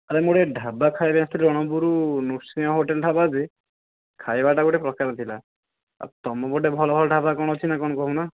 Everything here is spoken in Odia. ଆରେ ମୁଁ ଟିକେ ଢାବା ଖାଇବା ପାଇଁ ଆସିଥିଲି ରଣପୁର ନୃସିଂହ ହୋଟେଲ ଢାବାଯେ ଖାଇବାଟା ଗୋଟିଏ ପ୍ରକାର ଥିଲା ଆଉ ତୁମପଟେ ଭଲ ଭଲ ଢାବା କ'ଣ ଅଛି ନା କ'ଣ କହୁନ